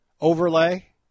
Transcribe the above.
overlay